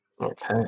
Okay